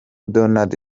donald